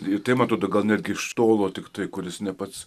ir tai man atrodo gal netgi iš tolo tiktai kuris ne pats